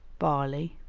barley,